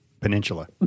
Peninsula